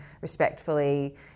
respectfully